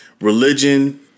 religion